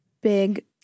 big